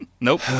Nope